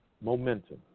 Momentum